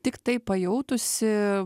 tiktai pajautusi